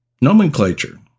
nomenclature